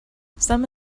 some